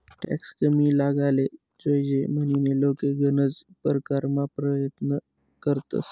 tax कमी लागाले जोयजे म्हनीन लोके गनज परकारना परयत्न करतंस